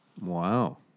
Wow